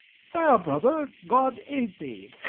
fair brother, god aid thee.